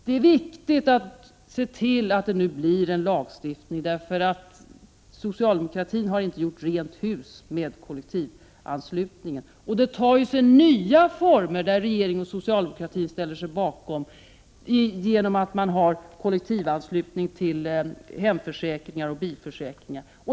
Det är viktigt att se till att det nu blir en lagstiftning — socialdemokratin har inte gjort rent hus med kollektivanslutningen, och den tar sig nu nya former, som regeringen och socialdemokratin ställer sig bakom, såsom kollektivanslutning till hemförsäkringar och bilförsäkringar.